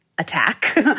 attack